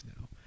now